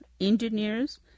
engineers